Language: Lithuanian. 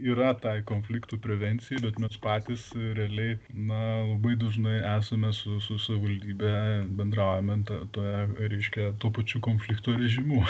yra tai konfliktų prevencijai bet mes patys realiai na labai dažnai esame su su savivaldybe bendraujame ta ta reiškia tuo pačiu konfliktų režimu